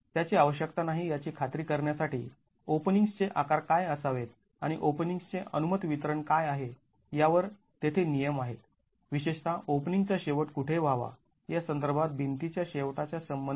त्याची आवश्यकता नाही याची खात्री करण्यासाठी ओपनिंग्स् चे आकार काय असावेत आणि ओपनिंग्स् चे अनुमत वितरण काय आहे यावर तेथे नियम आहेत विशेषतः ओपनिंग चा शेवट कुठे व्हावा या संदर्भात भिंती च्या शेवटा च्या संबंधित